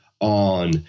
on